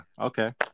Okay